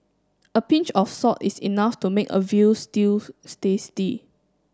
a pinch of salt is enough to make a veal stew tasty